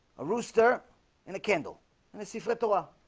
a rooster and a kindle and it's he flip torah